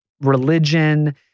religion